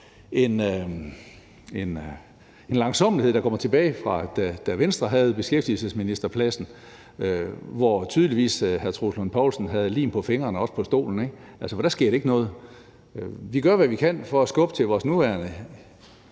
en langsommelighed, der går tilbage til, da Venstre havde beskæftigelsesministerposten, hvor hr. Troels Lund Poulsen tydeligvis havde lim på fingrene og også på stolen, ikke? For der skete ikke noget. Vi gør, hvad vi kan, for at skubbe til vores nuværende